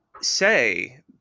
say